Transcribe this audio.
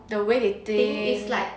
the way they think